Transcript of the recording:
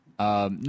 No